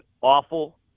awful